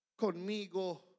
conmigo